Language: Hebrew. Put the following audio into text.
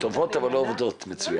--- טובות אבל לא עובדות מצוין.